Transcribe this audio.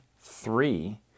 three